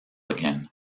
again